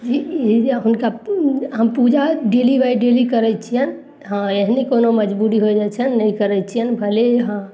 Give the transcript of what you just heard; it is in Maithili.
हुनका हम पूजा डेली बाइ डेली करय छियनि हँ एहने कोनो मजबूरी हो जाइ छनि नहि करय छियनि भले हँ